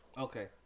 Okay